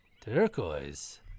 turquoise